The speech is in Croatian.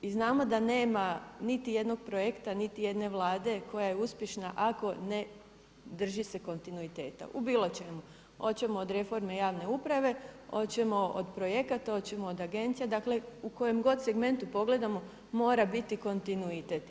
I znamo da nema niti jednog projekta, niti jedne Vlade koja je uspješna ako ne drži se kontinuiteta, u bilo čemu, hoćemo od reforme javne uprave, hoćemo od projekata, hoćemo od agencija, dakle u kojem god segmentu pogledamo mora biti kontinuitet.